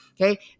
okay